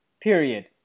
Period